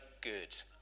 good